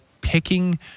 picking